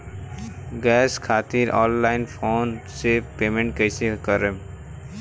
Gas खातिर online phone से payment कैसे करेम?